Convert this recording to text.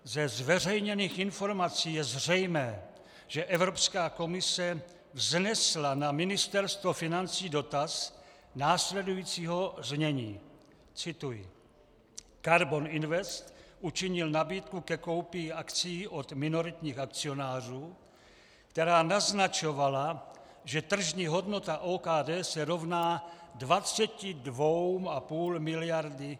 Ze zveřejněných informací je zřejmé, že Evropská komise vznesla na Ministerstvo financí dotaz následujícího znění cituji: Karbon Invest učinil nabídku ke koupi akcií od minoritních akcionářů, která naznačovala, že tržní hodnota OKD se rovná 22,5 miliardy.